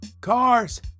cars